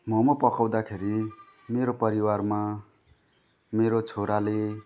मोमो पकाउँदाखेरि मेरो परिवारमा मेरो छोराले